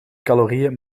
calorieën